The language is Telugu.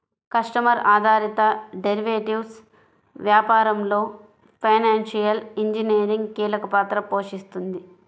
కస్టమర్ ఆధారిత డెరివేటివ్స్ వ్యాపారంలో ఫైనాన్షియల్ ఇంజనీరింగ్ కీలక పాత్ర పోషిస్తుంది